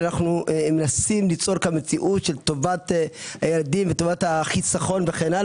שאנו מנסים ליצור פה מציאות של טובת הילדים וטובת החיסכון וכו',